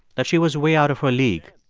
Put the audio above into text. that she was way out of her league.